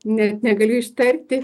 net negaliu ištarti